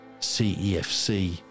CEFC